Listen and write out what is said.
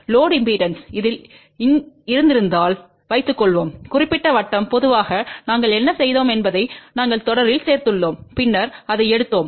load impedance இதில் இருந்திருந்தால் வைத்துக்கொள்வோம் குறிப்பிட்ட வட்டம் பொதுவாக நாங்கள் என்ன செய்தோம் என்பதை நாங்கள் தொடரில் சேர்த்துள்ளோம் பின்னர் அதை எடுத்தோம்